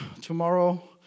tomorrow